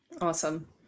Awesome